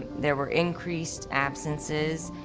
there were increased absences.